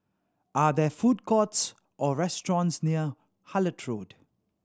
are there food courts or restaurants near Hullet Road